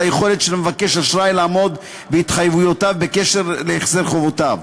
היכולת של מבקש האשראי לעמוד בהתחייבויותיו בקשר להחזר חובותיו.